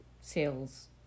sales